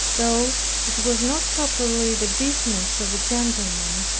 though it was not properly the business of a gentleman,